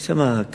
היה שם קש.